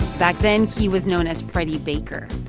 back then, he was known as freddy baker,